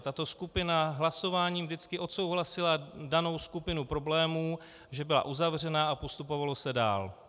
Tato skupina hlasováním vždycky odsouhlasila danou skupinu problémů, že byla uzavřena, a postupovalo se dál.